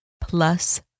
plus